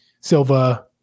Silva